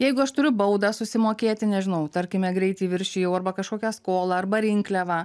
jeigu aš turiu baudą susimokėti nežinau tarkime greitį viršijau arba kažkokią skolą arba rinkliavą